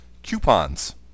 Coupons